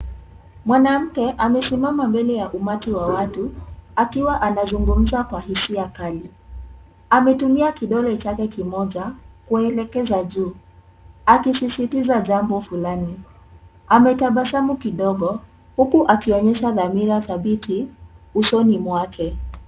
Mwanamke amesimama mbele ya umati wa watu, akiwa anazungumza kwa hisia kali. Ametumia kidole chake kimoja kuelekeza juu, akisisitiza jambo fulani. Ametabasamu kidogo, huku akionyesha dhamira thabiti usoni mwake.